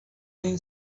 این